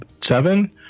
seven